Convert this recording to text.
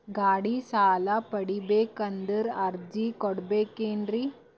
ಗಾಡಿ ಸಾಲ ಪಡಿಬೇಕಂದರ ಅರ್ಜಿ ಕೊಡಬೇಕೆನ್ರಿ?